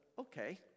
Okay